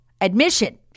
admission